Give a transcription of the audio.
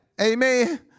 Amen